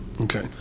Okay